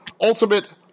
Ultimate